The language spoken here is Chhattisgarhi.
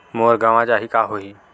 मोर गंवा जाहि का होही?